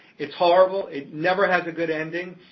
it's horrible, it never has a good ending,